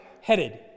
headed